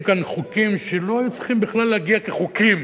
כאן חוקים שלא היו צריכים בכלל להגיע כחוקים.